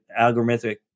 algorithmic